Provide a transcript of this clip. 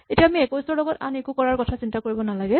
এতিয়া আমি ২১ ৰ লগত আন একো কৰাৰ কথা চিন্তা কৰিব নালাগে